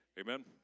Amen